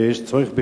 ויש צורך בכך,